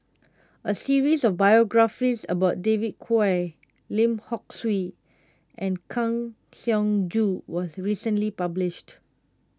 a series of biographies about David Kwo Lim Hock Siew and Kang Siong Joo was recently published